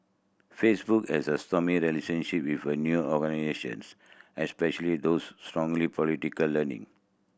Facebook has a stormy relationship with new organisations especially those strong political leaning